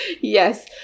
Yes